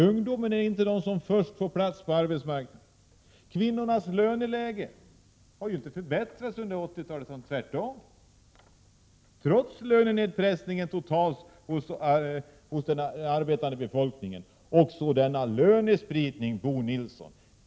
Ungdomarna är inte de som först får plats på arbetsmarknaden. Kvinnornas löneläge har inte förbättrats under 1980-talet, utan det är tvärtom trots lönenedpressningen totalt hos den arbetande befolkningen. Det har också skett en lönespridning.